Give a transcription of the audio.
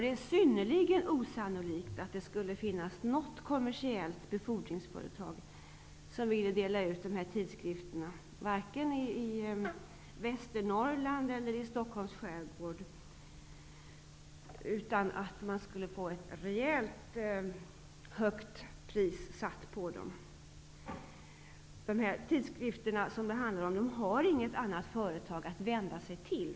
Det är synnerligen osannolikt att det skulle finnas något kommersiellt befordringsföretag som vill dela ut dessa tidskrifter i Västernorrland eller i Stockholms skärgård utan att få ett rejält högt pris för dessa tjänster. De tidskrifter som det handlar om har inget annat företag att vända sig till.